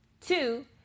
Two